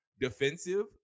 defensive